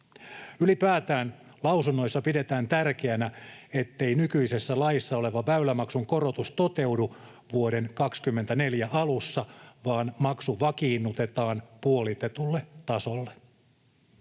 Ylipäätään lausunnoissa pidetään tärkeänä, ettei nykyisessä laissa oleva väylämaksun korotus toteudu vuoden 24 alussa vaan maksu vakiinnutetaan puolitetulle tasolle.